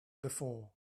before